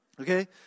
Okay